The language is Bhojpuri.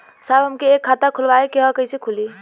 साहब हमके एक खाता खोलवावे के ह कईसे खुली?